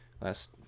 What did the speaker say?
last